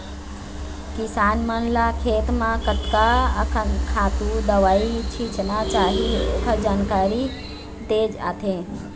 किसान मन ल खेत म कतका अकन खातू, दवई छिचना चाही ओखर जानकारी दे जाथे